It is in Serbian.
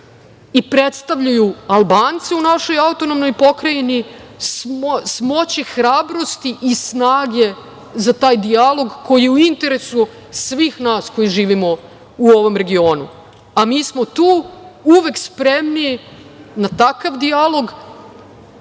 i predstavljaju Albance u našoj AP, smoći hrabrosti i snage za taj dijalog koji je u interesu svih nas koji živimo u ovom regionu. Mi smo tu uvek spremni na takav dijalog